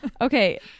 Okay